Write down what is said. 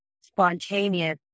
spontaneous